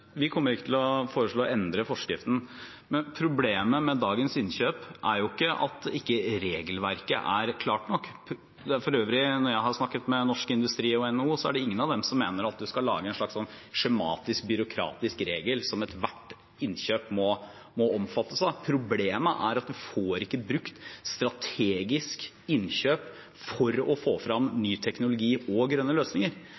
Vi kommer ikke til å foreslå å endre forskriften. Problemet med dagens innkjøp er jo ikke at ikke regelverket er klart nok. For øvrig: Når jeg har snakket med Norsk Industri og NHO, er det ingen av dem som mener at en skal lage en slags skjematisk, byråkratisk regel som ethvert innkjøp må omfattes av. Problemet er at en får ikke brukt strategisk innkjøp for å få